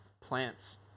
plants